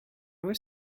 was